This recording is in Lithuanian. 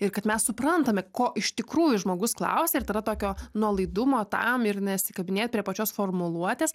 ir kad mes suprantame ko iš tikrųjų žmogus klausia ir tai yra tokio nuolaidumo tam ir nesikabinėt prie pačios formuluotės